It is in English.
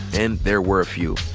and there were a few.